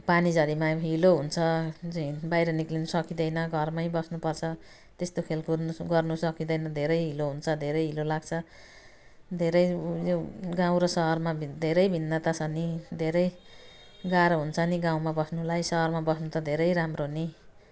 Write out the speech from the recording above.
पानीझरीमा हिलो हुन्छ बाहिर निस्कनु सकिँदैन घरमै बस्नु पर्छ त्यस्तो खेलकुद गर्नु सकिँदैन धेरै हिलो हुन्छ धेरै हिलो लाग्छ धेरै उयो गाउँ र सहरमा धेरै भिन्नता छ नि धेरै गाह्रो हुन्छ अनि गाउँमा बस्नुलाई सहरमा बस्नु त धेरै राम्रो हो नि